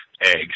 eggs